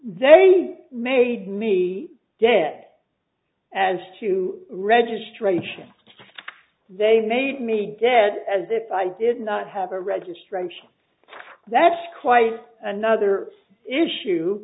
they made me death as to registration they made me dead as if i did not have a registration that's quite another issue